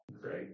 great